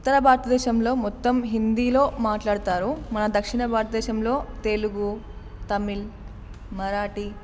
ఉత్తర భారతదేశంలో మొత్తం హిందీలో మాట్లాడతారు మన దక్షిణ భారత దేశంలో తెలుగు తమిళ్ మరాఠీ